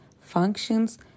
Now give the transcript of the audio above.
functions